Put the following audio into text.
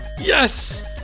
yes